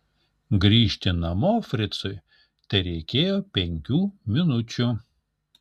grįžti namo fricui tereikėjo penkių minučių